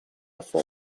full